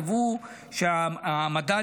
קבעו שהמדד